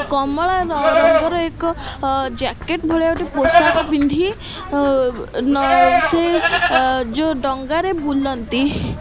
କମଳା ରଙ୍ଗର ଏକ ଜ୍ୟାକେଟ୍ ଭଳିଆ ଗୋଟେ ପୋଷାକ ପିନ୍ଧି ସେ ଯେଉଁ ଡଙ୍ଗାରେ ବୁଲନ୍ତି